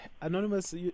Anonymous